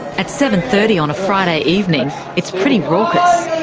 at seven. thirty on a friday evening it's pretty raucous.